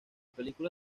película